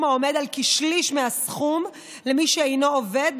העומד על כשליש מהסכום למי שאינו עובד,